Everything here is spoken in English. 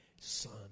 son